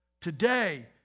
today